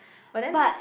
but then